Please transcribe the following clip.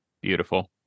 Beautiful